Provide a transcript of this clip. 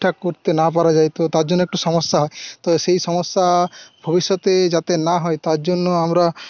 ঠিকঠাক করতে না পারা যায় তো তার জন্য একটু সমস্যা হয় তো সেই সমস্যা ভবিষ্যতে যাতে না হয় তার জন্য আমরা